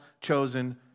chosen